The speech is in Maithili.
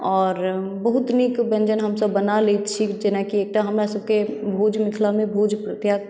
आओर बहुत नीक व्यञ्जन हमसभ बना लैत छी जेना एकटा हमरा सभकेँ मिथिलामे भोज